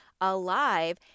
alive